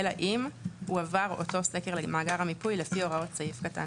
אלא אם הועבר אותו סקר למאגר המיפוי לפי הוראות סעיף קטן